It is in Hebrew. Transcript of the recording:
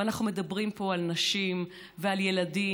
ואנחנו מדברים פה על נשים ועל ילדים,